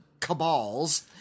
cabals